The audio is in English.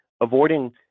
avoiding